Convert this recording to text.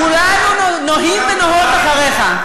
כולנו נוהים ונוהות אחריך.